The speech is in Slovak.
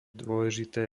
dôležité